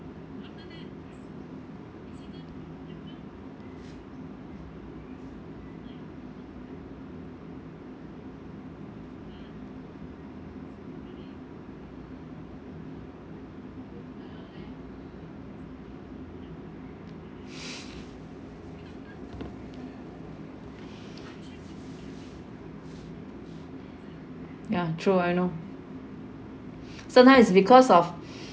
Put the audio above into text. ya true I know sometimes it's because of